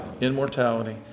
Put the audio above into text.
Immortality